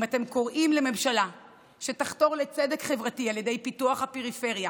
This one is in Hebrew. אם אתם קוראים לממשלה שתחתור לצדק חברתי על ידי פיתוח הפריפריה